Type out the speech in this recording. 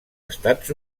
estats